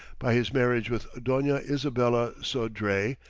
by his marriage with dona isabella sodre,